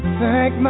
thank